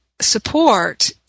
support